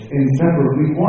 inseparably